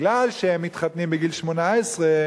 בגלל שהם מתחתנים בגיל 18,